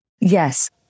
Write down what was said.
Yes